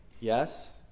Yes